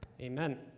Amen